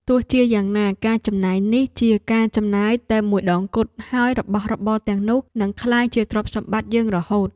ទោះជាយ៉ាងណាការចំណាយនេះជាការចំណាយតែមួយដងគត់ហើយរបស់របរទាំងនោះនឹងក្លាយជាទ្រព្យសម្បត្តិយើងរហូត។